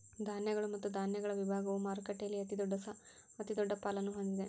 ಧಾನ್ಯಗಳು ಮತ್ತು ಧಾನ್ಯಗಳ ವಿಭಾಗವು ಮಾರುಕಟ್ಟೆಯಲ್ಲಿ ಅತಿದೊಡ್ಡ ಪಾಲನ್ನು ಹೊಂದಿದೆ